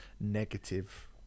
negative